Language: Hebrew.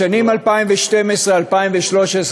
בשנים 2012 2013,